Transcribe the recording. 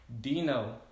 Dino